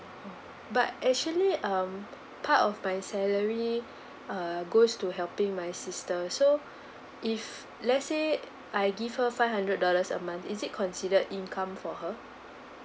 but actually um part of my salary err goes to helping my sister so if let's say I give her five hundred dollars a month is it considered income for her